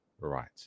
right